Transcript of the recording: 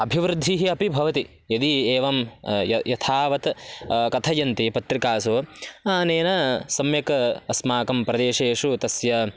अभिवृद्धिः अपि भवति यदि एवं यथावत् कथयन्ति पत्रिकासु अनेन सम्यक् अस्माकं प्रदेशेषु तस्य